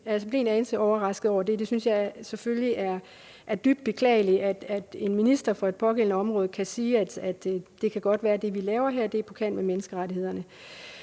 og jeg blev en anelse overrasket over det. Jeg synes selvfølgelig, det er dybt beklageligt, at en minister for et pågældende område kan sige: Det kan godt være, at det, vi laver her, er på kant med menneskerettighederne.